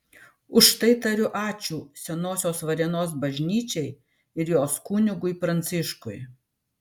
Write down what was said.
už tai tariu ačiū senosios varėnos bažnyčiai ir jos kunigui pranciškui